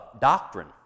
doctrine